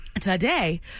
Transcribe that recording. Today